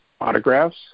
autographs